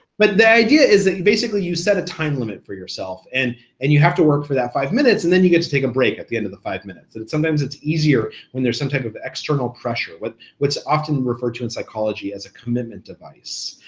but the idea is that basically you set a time limit for yourself, and and you have to work for that five minutes and then you get to take a break at the end of the five minutes, and sometimes it's easier when there's some type of external pressure, what's what's often referred to in psychology as a commitment device,